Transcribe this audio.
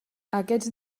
aquests